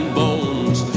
bones